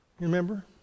Remember